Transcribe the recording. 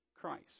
Christ